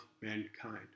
mankind